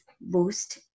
boost